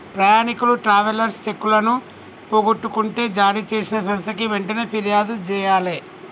ప్రయాణీకులు ట్రావెలర్స్ చెక్కులను పోగొట్టుకుంటే జారీచేసిన సంస్థకి వెంటనే పిర్యాదు జెయ్యాలే